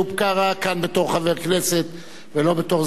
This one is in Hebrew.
כאן בתור חבר כנסת ולא בתור סגן שר,